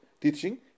teaching